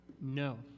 No